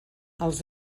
els